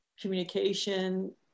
communication